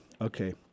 Okay